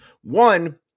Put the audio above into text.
One